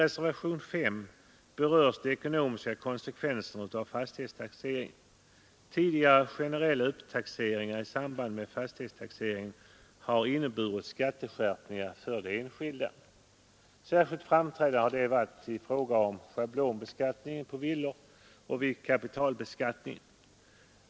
Reservationen 5 handlar om de ekonomiska konsekvenserna av fastighetstaxeringen. Tidigare generella upptaxering i samband med fastighetstaxeringen har inneburit skatteskärpningar för de enskilda. Särskilt framträdande har detta varit i fråga om schablonbeskattningen på villor och vid kapitalbeskattningen.